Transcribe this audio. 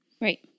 Right